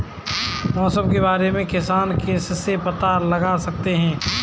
मौसम के बारे में किसान किससे पता लगा सकते हैं?